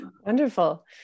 Wonderful